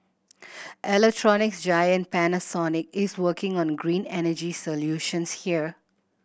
electronics giant Panasonic is working on green energy solutions here